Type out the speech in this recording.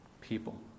people